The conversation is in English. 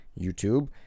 youtube